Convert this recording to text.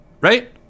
Right